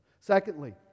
Secondly